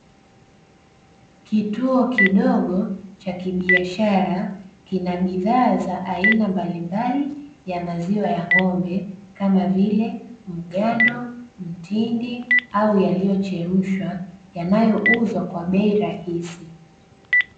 Kituo kidogo cha kibiashara, kina bidhaa za aina mbalimbali ya maziwa ya ng’ombe kama vile: mgando, mtindi au yaliyochemshwa yanayouzwa kwa bei rahisi.